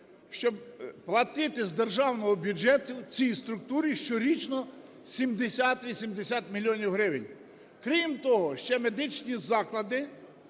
щоб платити з державного бюджету цій структурі щорічно 70-80 мільйонів гривень. Крім того, ще медичні заклади,